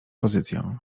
pozycję